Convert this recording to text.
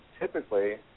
typically